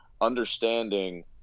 understanding